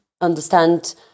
understand